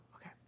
okay